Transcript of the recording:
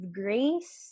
grace